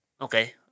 okay